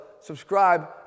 subscribe